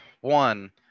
One